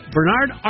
Bernard